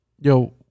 Yo